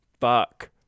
fuck